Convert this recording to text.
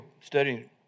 studying